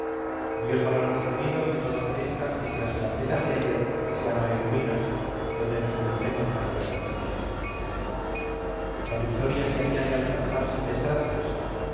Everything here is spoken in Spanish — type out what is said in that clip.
dios habrá decidido que todo perezca y que las grandezas de ayer sean hoy ruinas donde nos ocultemos para llorar la victoria se había de alcanzar sin desgracias